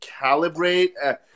calibrate